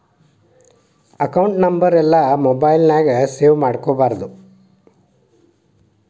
account ನಂಬರೆಲ್ಲಾ mobile ನ್ಯಾಗ save ಮಾಡ್ಕೊಬಾರ್ದು